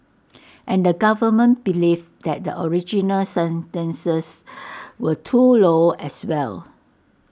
and the government believed that the original sentences were too low as well